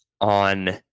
On